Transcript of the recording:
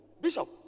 Bishop